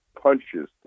punches